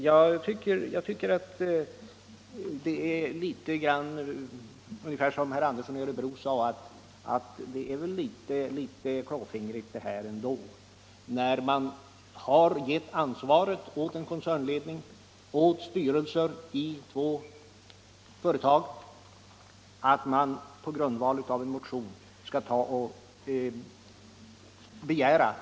Jag tycker att det är, som herr Andersson i Örebro sade, litet klåfingrigt att — när man har gett ansvaret åt en koncernledning och två företags styrelser — på grundval av en motion begära en utredning.